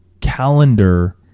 calendar